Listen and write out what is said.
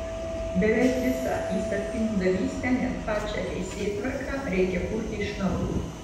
beveik visą įstatymdavystę net pačią teisėtvarką reikia kurti iš naujo